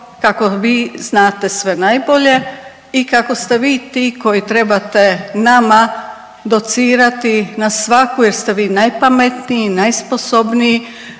kako vi znate sve najbolje i kao ste vi ti koji trebate nama docirati na svaku jer ste vi najpametniji, najsposobniji,